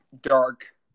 dark